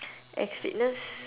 X fitness